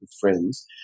friends